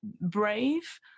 brave